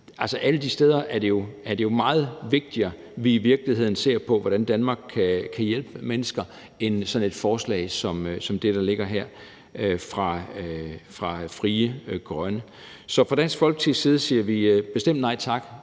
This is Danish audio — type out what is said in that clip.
Alle de steder er det jo meget vigtigere at vi i virkeligheden ser på hvordan Danmark kan hjælpe mennesker end med sådan et forslag som det, der ligger her fra Frie Grønne. Så fra Dansk Folkepartis side siger vi bestemt nej tak